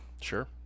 Sure